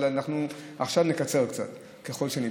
אבל אנחנו עכשיו נקצר קצת, ככל שניתן.